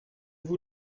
vous